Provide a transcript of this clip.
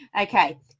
Okay